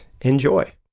Enjoy